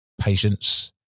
patience